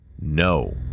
no